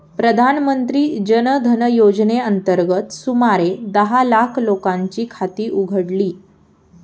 प्रधानमंत्री जन धन योजनेअंतर्गत सुमारे दहा लाख लोकांची खाती उघडली